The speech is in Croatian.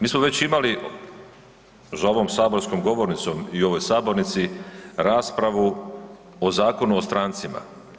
Mi smo već imali za ovom saborskom govornicom i u ovoj sabornici raspravu o Zakonu o strancima.